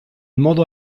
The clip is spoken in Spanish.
modo